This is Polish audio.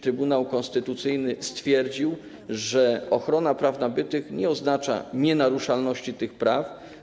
Trybunał Konstytucyjny stwierdził, że ochrona praw nabytych nie oznacza nienaruszalności tych praw.